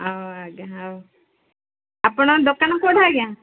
ଆଉ ଆଜ୍ଞା ଆଉ ଆପଣଙ୍କ ଦୋକାନ କୋଉଠି ଆଜ୍ଞା